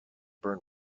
burn